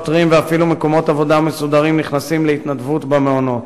שוטרים ואפילו מקומות עבודה מסודרים נכנסים להתנדבות במעונות.